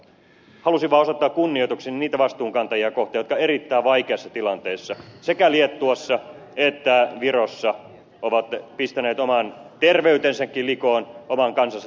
halusin vain osoittaa kunnioitukseni niitä vastuunkantajia kohtaan jotka erittäin vaikeassa tilanteessa sekä liettuassa että virossa ovat pistäneet oman terveytensäkin likoon oman kansansa tulevaisuuden vuoksi